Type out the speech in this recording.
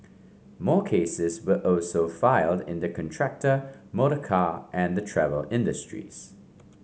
more cases were also filed in the contractor motorcar and the travel industries